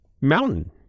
mountain